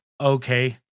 okay